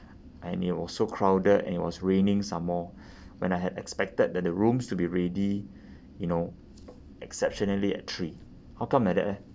and it was so crowded and it was raining some more when I had expected that the rooms to be ready you know exceptionally at three how come like that leh